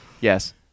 Yes